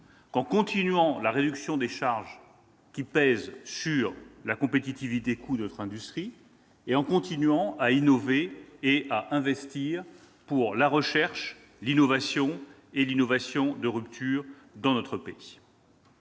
qui est la nôtre et la réduction des charges qui pèsent sur la compétitivité-coût de notre industrie. Nous devons aussi continuer à innover et à investir pour la recherche, pour l'innovation, pour l'innovation de rupture dans notre pays.